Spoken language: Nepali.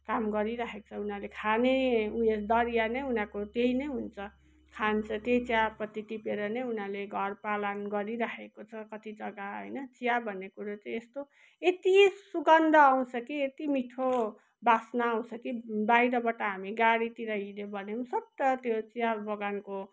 काम गरिराखेको छ उनीहरूले खाने ऊ यो दरिया नै उनीहरूको त्यही नै हुन्छ खान्छ त्यही चियापत्ती टिपेर नै उनीहरूले घर पालन गरिराखेको छ कति जग्गा होइन चिया भन्ने कुरो चाहिँ यस्तो यति सुगन्ध आउँछ कि यति मिठो वासना आउँछ कि बाहिरबाट हामी गाडीतिर हिँड्यो भने स्वाट्ट त्यो चिया बगानको